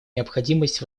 необходимость